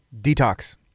Detox